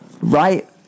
right